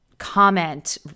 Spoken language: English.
comment